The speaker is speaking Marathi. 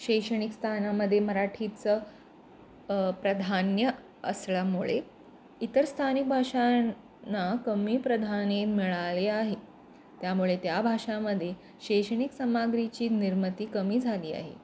शैक्षणिक स्थानामध्ये मराठीचं प्राधान्य असल्यामुळे इतर स्थानिक भाषांना कमी प्राधान्य मिळाले आहे त्यामुळे त्या भाषामध्ये शैक्षणिक सामग्रीची निर्मिती कमी झाली आहे